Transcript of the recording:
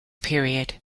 period